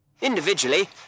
Individually